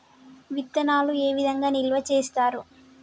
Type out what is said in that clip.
విత్తనాలు ఏ విధంగా నిల్వ చేస్తారు?